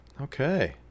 Okay